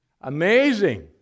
Amazing